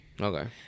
Okay